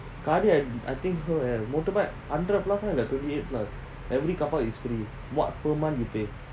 gaadi I think her motorbike hundred plus right or twenty eight plus every car park is free what per month you pay